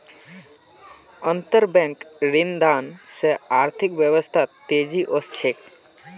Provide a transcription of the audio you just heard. अंतरबैंक ऋणदान स अर्थव्यवस्थात तेजी ओसे छेक